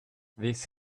this